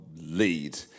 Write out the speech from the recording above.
lead